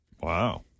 Wow